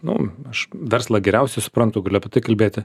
nu aš verslą geriausiai suprantu galiu apie tai kalbėti